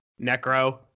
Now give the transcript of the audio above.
Necro